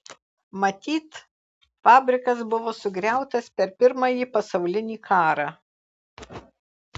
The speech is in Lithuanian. matyt fabrikas buvo sugriautas per pirmąjį pasaulinį karą